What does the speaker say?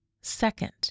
Second